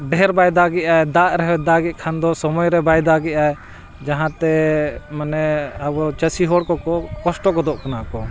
ᱰᱷᱮᱨ ᱵᱟᱭ ᱫᱟᱜᱮᱜ ᱟᱭ ᱫᱟᱜ ᱨᱮᱦᱚᱸ ᱫᱟᱜᱮᱫ ᱠᱷᱟᱱ ᱫᱚ ᱥᱚᱢᱚᱭ ᱨᱮ ᱵᱟᱭ ᱫᱟᱜᱮᱜ ᱟᱭ ᱡᱟᱦᱟᱸᱛᱮ ᱢᱟᱱᱮ ᱟᱵᱚ ᱪᱟᱹᱥᱤ ᱦᱚᱲ ᱠᱚ ᱠᱚᱥᱴᱚ ᱜᱚᱫᱚᱜ ᱠᱟᱱᱟ ᱠᱚ